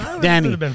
Danny